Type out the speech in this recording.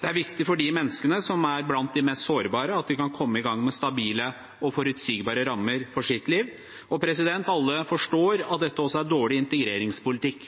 Det er viktig for de menneskene som er blant de mest sårbare, at de kan komme i gang med stabile og forutsigbare rammer for sitt liv. Alle forstår at dette også er dårlig integreringspolitikk.